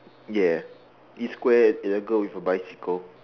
yes it's square and a girl with a bicycle